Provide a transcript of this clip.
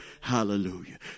hallelujah